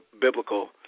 biblical